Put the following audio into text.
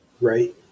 Right